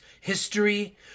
history